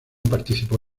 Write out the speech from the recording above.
participó